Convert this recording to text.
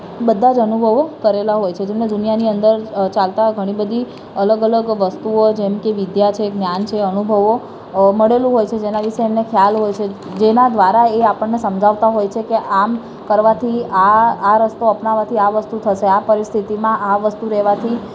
બધા જ અનુભવો કરેલા હોય છે જેમને દુનિયાની અંદર ચાલતા ઘણી બધી અલગ અલગ વસ્તુઓ જેમકે વિદ્યા છે જ્ઞાન છે અનુભવો મળેલું હોય છે જેના વિશે એમને ખ્યાલ હોય છે જેના દ્વારા એ આપણને સમજાવતા હોય છે કે આમ કરવાથી આ આ રસ્તો અપનાવવાથી આ વસ્તુ થશે આ પરિસ્થિતિમાં આ વસ્તુ લેવાથી